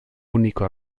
único